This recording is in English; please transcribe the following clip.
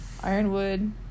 Ironwood